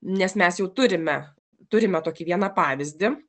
nes mes jau turime turime tokį vieną pavyzdį